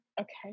Okay